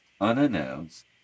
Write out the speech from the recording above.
unannounced